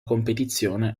competizione